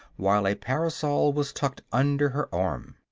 while a parasol was tucked under her arm.